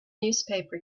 newspaper